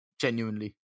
Genuinely